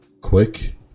quick